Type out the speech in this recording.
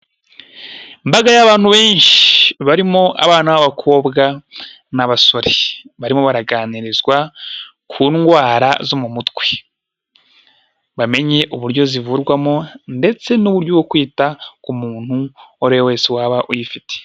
Imbaga y'abantu benshi barimo abana b'abakobwa n'abasore, barimo baraganirizwa ku ndwara zo mu mutwe bamenye uburyo zivurwamo ndetse n'uburyo kwita ku muntu uwo ari we wese waba uyifite.